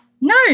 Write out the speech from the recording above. No